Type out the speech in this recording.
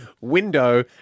Window